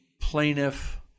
plaintiff